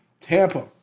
Tampa